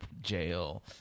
jail